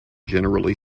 generally